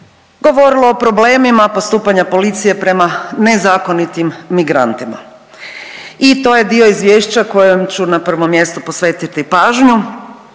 govorilo o problemima postupanja policije prema nezakonitim migrantima. I to je dio izvješća kojem ću na prvom mjestu posvetiti pažnju,